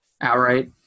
outright